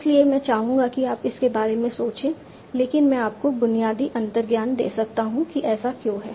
इसलिए मैं चाहूंगा कि आप इसके बारे में सोचें लेकिन मैं आपको बुनियादी अंतर्ज्ञान दे सकता हूं कि ऐसा क्यों है